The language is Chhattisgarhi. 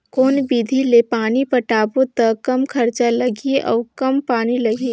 कौन विधि ले पानी पलोबो त कम खरचा लगही अउ कम पानी लगही?